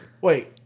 Wait